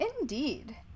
indeed